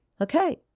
Okay